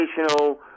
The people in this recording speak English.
educational